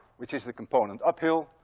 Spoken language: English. which is the component uphill,